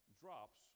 drops